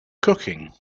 cooking